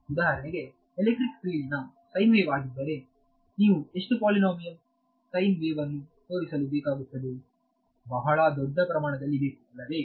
ಉದಾಹರಣೆಗೆ electric field sine ವೇವಾಗಿದ್ದರೆ ನೀವು ಎಷ್ಟು ಪೋಲೈನೋಮಿಯಲ್ ಸೈನ್ ವೇವನ್ನು ತೋರಿಸಲು ಬೇಕಾಗುತ್ತದೆ ಬಹಳ ದೊಡ್ಡ ಪ್ರಮಾಣದಲ್ಲಿ ಬೇಕು ಅಲ್ಲವೇ